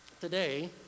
today